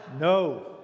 no